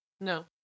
No